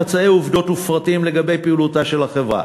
חצאי עובדות ופרטים לגבי פעילותה של החברה,